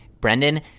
Brendan